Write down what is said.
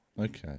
Okay